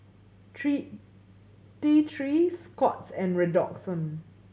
three T Three Scott's and Redoxon